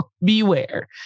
beware